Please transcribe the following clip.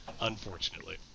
unfortunately